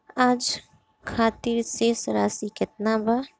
आज खातिर शेष राशि केतना बा?